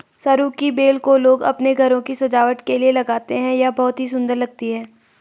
सरू की बेल को लोग अपने घरों की सजावट के लिए लगाते हैं यह बहुत ही सुंदर लगती है